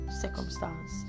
circumstance